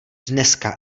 dneska